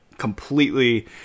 completely